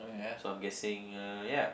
so I'm guessing uh ya